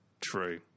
True